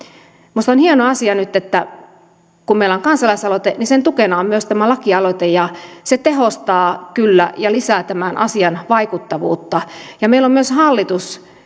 minusta on hieno asia nyt että kun meillä on kansalaisaloite niin sen tukena on myös tämä lakialoite ja se tehostaa kyllä ja lisää tämän asian vaikuttavuutta meillä on myös hallitus